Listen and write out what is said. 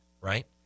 right